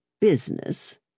business